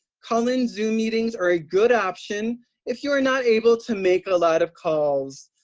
call-in zoom meetings are a good option if you are not able to make a lot of calls.